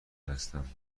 هستم